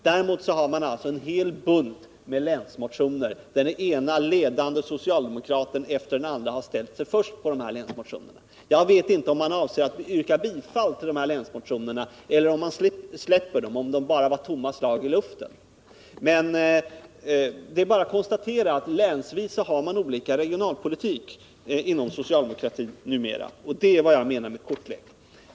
Däremot har man en hel bunt länsmotioner, bakom vilka den ena ledande socialdemokraten efter den andra har ställt sig först. Jag vet inte om man avser att yrka bifall till dessa länsmotioner eller släpper dem — om de bara är tomma slag i luften. Det är bara att konstatera att socialdemokratin numera länsvis inte för samma regionalpolitik. Det är vad jag menar med kortlek.